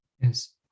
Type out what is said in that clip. Yes